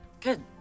Good